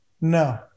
no